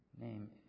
name